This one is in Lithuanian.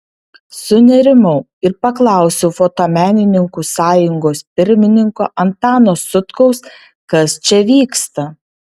sunerimau ir paklausiau fotomenininkų sąjungos pirmininko antano sutkaus kas čia vyksta